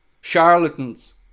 charlatans